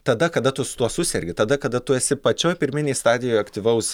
tada kada tu su tuo susergi tada kada tu esi pačioj pirminėj stadijoj aktyvaus